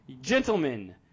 gentlemen